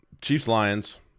Chiefs-Lions